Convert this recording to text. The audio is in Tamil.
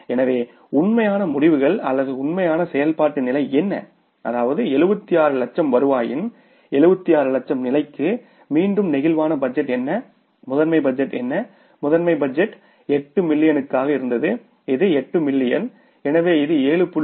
எனவே உண்மையான முடிவுகள் அல்லது உண்மையான செயல்பாட்டு நிலை என்ன அதாவது 7600000 வருவாயின் 7600000 நிலைக்கு மீண்டும் பிளேக்சிபிள் பட்ஜெட் என்ன மாஸ்டர் பட்ஜெட் என்ன மாஸ்டர் பட்ஜெட் 8 மில்லியனுக்காக இருந்தது இது 8 க்கு மில்லியன் எனவே இது 7